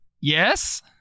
Yes